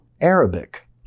Arabic